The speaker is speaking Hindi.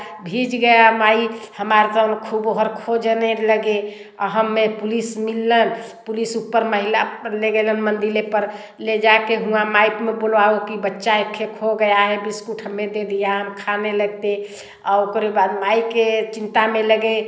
भीग गया माई हमार तो खूब हर खोजने लगे आ हम में पुलिस मिलन पुलिस ऊपर महिला लेगेलन मंदिर पर ले जा कर वहाँ माइक में बुलवाओ कि बच्चा खे खो गया है बिस्कुट हमें दे दिया हम खाने लगते आ ओकरे बाद माई के चिंता में लगे